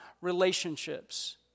relationships